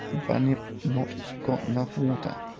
bunyip not got nuff water.